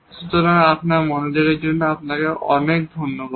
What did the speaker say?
সুতরাং আপনার মনোযোগের জন্য আপনাকে অনেক ধন্যবাদ